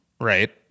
right